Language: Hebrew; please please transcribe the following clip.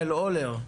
הולר,